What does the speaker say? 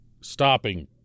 stopping